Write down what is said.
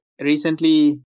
recently